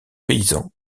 paysans